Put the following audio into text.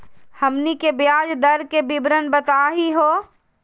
हमनी के ब्याज दर के विवरण बताही हो?